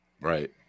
right